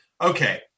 okay